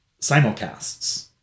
simulcasts